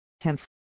Hence